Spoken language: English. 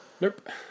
Nope